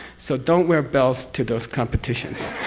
so don't wear bells to those competitions!